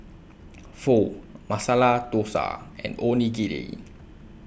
Pho Masala Dosa and Onigiri